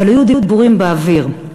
אבל היו דיבורים באוויר.